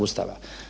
Ustava“